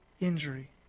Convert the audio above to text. injury